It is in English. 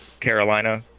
Carolina